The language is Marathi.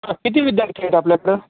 हां किती विद्यार्थी आहेत आपल्याकडं